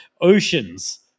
oceans